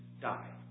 die